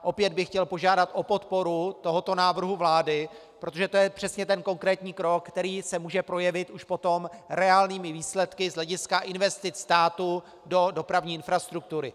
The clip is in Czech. Opět bych chtěl požádat o podporu tohoto návrhu vlády, protože to je přesně ten konkrétní krok, který se může projevit už potom reálnými výsledky z hlediska investic státu do dopravní infrastruktury.